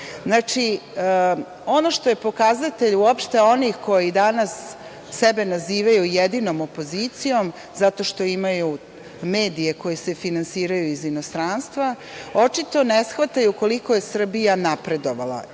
Znači, ono što je pokazatelj onih koji danas sebe nazivaju jedinom opozicijom zato što imaju medije koji se finansiraju iz inostranstva, očito ne shvataju koliko je Srbija napredovala.